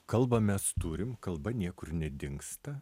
kalbą mes turim kalba niekur nedingsta